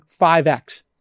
5X